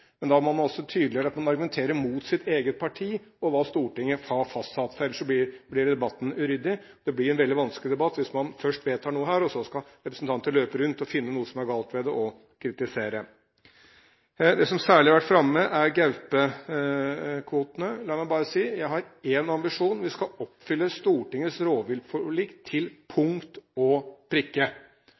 men da må man også tydeliggjøre at man argumenterer mot sitt eget parti og det Stortinget har fastsatt, for ellers blir debatten uryddig. Det blir en veldig vanskelig debatt hvis man først vedtar noe her, og så skal representanter løpe rundt og finne noe som er galt ved det, og kritisere. Det som særlig har vært framme, er gaupekvotene. La meg bare si at jeg har én ambisjon: Vi skal oppfylle Stortingets rovviltforlik til punkt og prikke.